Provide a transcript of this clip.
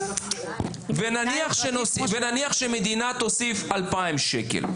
ונניח שהמדינה תוסיף 2,000 שקל.